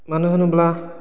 मानो होनोब्ला